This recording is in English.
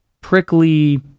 prickly